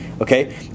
okay